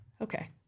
Okay